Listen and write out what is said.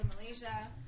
Malaysia